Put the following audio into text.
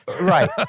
right